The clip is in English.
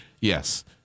Yes